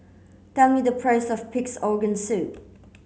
tell me the price of pig's organ soup